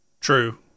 True